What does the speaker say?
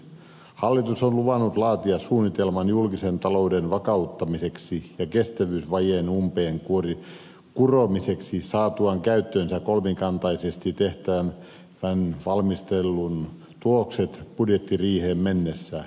hallitus on luvannut laatia suunnitelman julkisen talouden vakauttamiseksi ja kestävyysvajeen umpeen kuromiseksi saatuaan käyttöönsä kolmikantaisesti tehtävän valmistelun tulokset budjettiriiheen mennessä